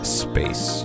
space